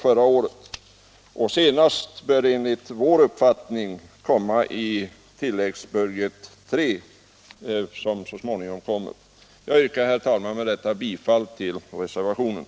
Denna redovisning bör enligt vår uppfattning ske senast i tilläggsbudget III, som kommer så småningom. Herr talman! Med detta yrkar jag bifall till reservationen.